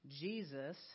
jesus